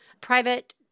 private